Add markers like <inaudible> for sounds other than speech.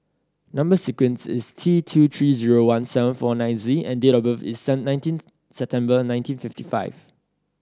number sequence is T two three zero one seven four nine Z and date of birth is <unintelligible> nineteen September nineteen fifty five